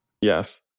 Yes